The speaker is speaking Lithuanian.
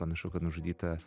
panašu kad nužudyta